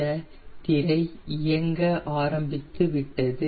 இந்த திரை இயங்க ஆரம்பித்துவிட்டது